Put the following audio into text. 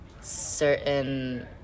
certain